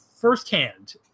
firsthand